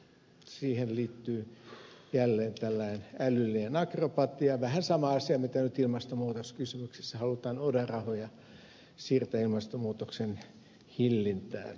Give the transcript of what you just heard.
siihen liittyy jälleen tällainen älyllinen akrobatia vähän sama asia mitä nyt ilmastonmuutoskysymyksissä halutaan oda rahoja siirtää ilmastonmuutoksen hillintään